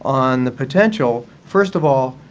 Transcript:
on the potential, first of all,